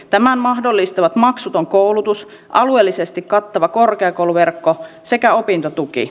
tämän mahdollistavat maksuton koulutus alueellisesti kattava korkeakouluverkko sekä opintotuki